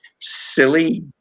silly